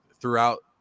throughout